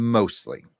mostly